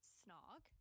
snog